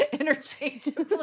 interchangeably